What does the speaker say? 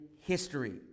history